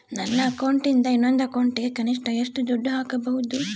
ನನ್ನ ಅಕೌಂಟಿಂದ ಇನ್ನೊಂದು ಅಕೌಂಟಿಗೆ ಕನಿಷ್ಟ ಎಷ್ಟು ದುಡ್ಡು ಹಾಕಬಹುದು?